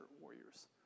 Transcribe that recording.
warriors